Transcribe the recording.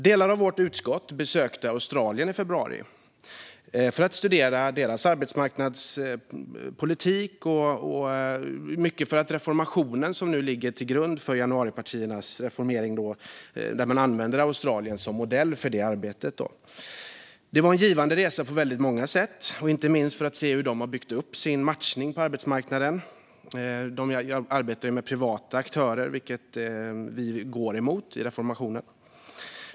Delar av vårt utskott besökte Australien i februari för att studera deras arbetsmarknadspolitik, mycket för att januaripartierna i sitt reformeringsarbete använder Australien som modell. Det var på många sätt en givande resa, inte minst för att se hur de har byggt upp sin matchning på arbetsmarknaden. De arbetar med privata aktörer, vilket vi går emot i vår reformering.